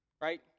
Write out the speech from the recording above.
Right